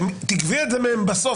וכשתגבה את זה מהם בסוף,